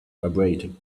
vibrating